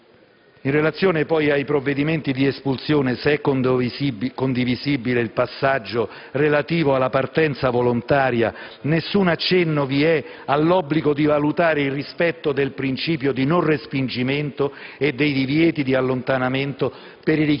In relazione poi ai provvedimenti di espulsione, se è condivisibile il passaggio relativo alla partenza volontaria, non vi è alcun accenno all'obbligo di valutare il rispetto del principio di non respingimento e dei divieti di allontanamento per i